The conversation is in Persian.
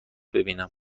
ببینم